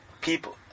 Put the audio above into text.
people